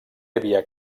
havia